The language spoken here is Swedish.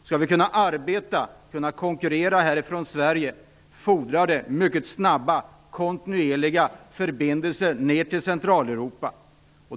Skall vi kunna arbeta och konkurrera från Sverige fordras mycket snabba och kontinuerliga förbindelser ner till Centraleuropa.